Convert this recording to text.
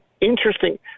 Interesting